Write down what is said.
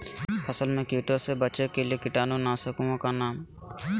फसल में कीटों से बचे के कीटाणु नाशक ओं का नाम?